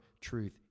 truth